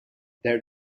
their